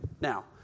Now